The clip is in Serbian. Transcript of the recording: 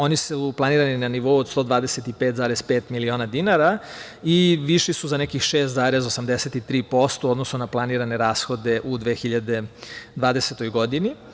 Oni su planirani na nivou od 125,5 miliona dinara i viši su za nekih 6,83% u odnosu na planirane rashode u odnosu na 2020. godinu.